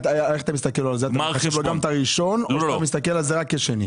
מחשיב לו גם את הראשון או מסתכל רק כשני?